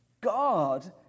God